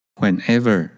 Whenever